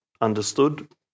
understood